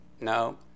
No